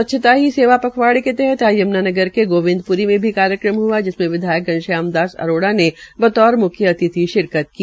स्वच्छता ही सेवा पखवाड़ के तहत आज यमुना नगर के गोबिंदपुरी में भी कार्यक्रम हआ जिसमें विधायक घनश्याम अरोड़ा ने बतौर अतिथि शिरकित की